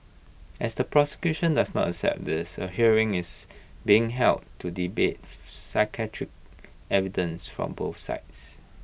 as the prosecution does not accept this A hearing is being held to debate psychiatric evidence from both sides